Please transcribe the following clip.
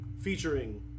featuring